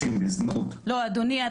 אדוני,